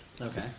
Okay